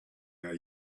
are